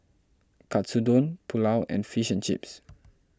Katsudon Pulao and Fish and Chips